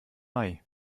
mai